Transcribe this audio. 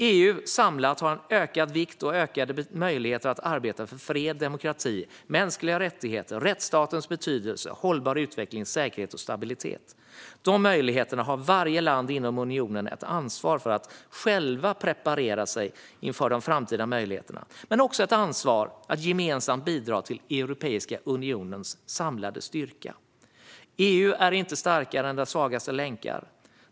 EU har samlat en ökad vikt och ökade möjligheter att arbeta för fred, demokrati, mänskliga rättigheter, rättsstatens betydelse, hållbar utveckling, säkerhet och stabilitet. Alla länder inom unionen har ansvar för att själva preparera sig inför de framtida möjligheterna, men också ansvar för att gemensamt bidra till Europeiska unionens samlade styrka. EU är inte starkare än dess svagaste länkar.